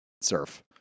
surf